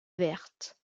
verte